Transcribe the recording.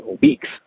weeks